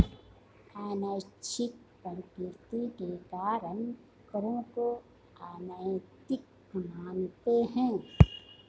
अनैच्छिक प्रकृति के कारण करों को अनैतिक मानते हैं